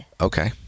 Okay